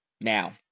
Now